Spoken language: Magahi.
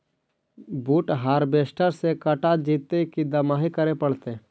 बुट हारबेसटर से कटा जितै कि दमाहि करे पडतै?